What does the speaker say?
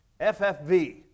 FFV